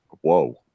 Whoa